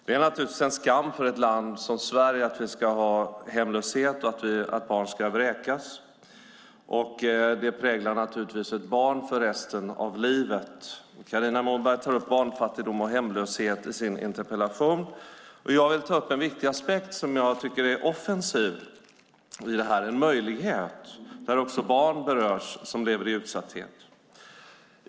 Det är naturligtvis en skam för ett land som Sverige att vi ska ha hemlöshet och att barn ska vräkas. Det präglar ett barn för resten av livet. Carina Moberg tar i sin interpellation upp barnfattigdom och hemlöshet. Jag vill ta upp en viktig aspekt som jag tycker är offensiv, en möjlighet, som även berör barn som lever i utsatthet.